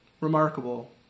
Remarkable